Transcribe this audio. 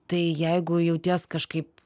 tai jeigu jauties kažkaip